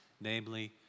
namely